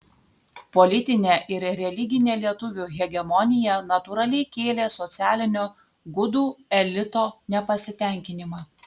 politinė ir religinė lietuvių hegemonija natūraliai kėlė socialinio gudų elito nepasitenkinimą